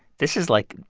this is, like,